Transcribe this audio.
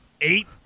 eight